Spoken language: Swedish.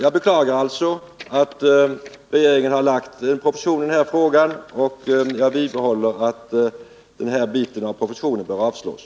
Jag beklagar alltså att regeringen har lagt fram en proposition i denna fråga, och jag vidhåller att den här biten av propositionen bör avslås.